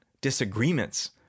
disagreements